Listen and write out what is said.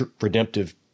redemptive